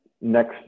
next